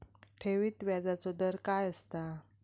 ठेवीत व्याजचो दर काय असता?